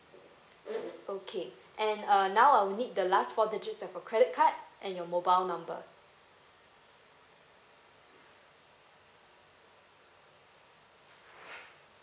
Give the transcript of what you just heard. okay and uh now I'll need the last four digits of your credit card and your mobile number